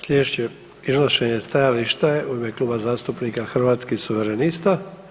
Slijedeće iznošenje stajališta je u ime Kluba zastupnika Hrvatskih suverenista.